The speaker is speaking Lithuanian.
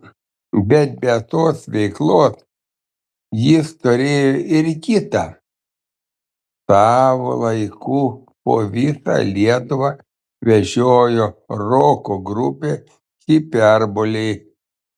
bet be tos veiklos jis turėjo ir kitą savo laiku po visą lietuvą vežiojo roko grupę hiperbolė